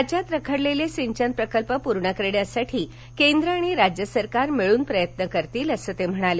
राज्यात रखडलेले सिंचन प्रकल्प पूर्ण करण्यासाठी केंद्र आणि राज्य सरकार मिळून प्रयत्न करतील असं ते म्हणाले